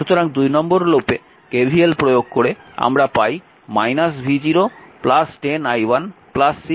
সুতরাং 2 নম্বর লুপে KVL প্রয়োগ করে আমরা পাই v0 10 i1 6 i3 0